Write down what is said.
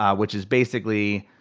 ah which is basically,